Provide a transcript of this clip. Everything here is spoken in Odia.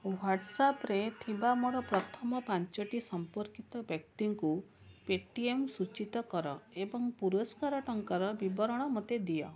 ହ୍ଵାଟ୍ସ୍ଅପ୍ରେ ଥିବା ମୋର ପ୍ରଥମ ପାଞ୍ଚଟି ସମ୍ପର୍କିତ ବ୍ୟକ୍ତିଙ୍କୁ ପେଟିଏମ୍ ସୂଚିତ କର ଏବଂ ପୁରସ୍କାର ଟଙ୍କାର ବିବରଣ ମୋତେ ଦିଅ